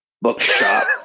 bookshop